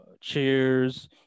Cheers